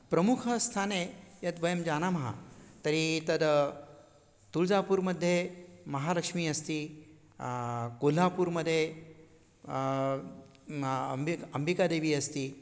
प्रमुखस्थाने यद्वयं जानीमः तर्हि तद् तुळ्जापुर्मद्धे महालक्ष्मी अस्ति कोल्हापुर्मदे अम्बेक् अम्बिकादेवी अस्ति